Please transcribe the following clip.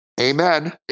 Amen